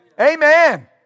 amen